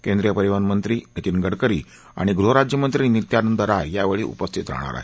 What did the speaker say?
केंद्रीय परिवहन मंत्री नितीन गडकरी आणि गृह राज्यमंत्री नित्यानंद राय यावेळी उपस्थित राहणार आहेत